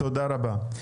תודה רבה.